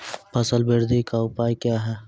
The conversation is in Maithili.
फसल बृद्धि का उपाय क्या हैं?